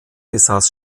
besaß